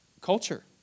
culture